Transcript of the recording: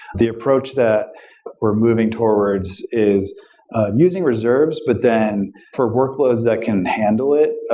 the approach that we're moving towards is using reserves but then for workloads that can handle it,